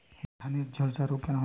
ধানে ঝলসা রোগ কেন হয়?